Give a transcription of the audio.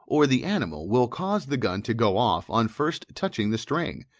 or the animal will cause the gun to go off on first touching the string,